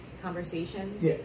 conversations